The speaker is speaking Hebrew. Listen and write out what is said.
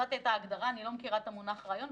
זאת הייתה ההגדרה, ואני לא מכירה את המונח רעיון.